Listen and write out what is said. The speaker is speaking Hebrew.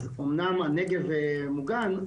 אז אומנם הנגב מוגן,